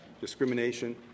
discrimination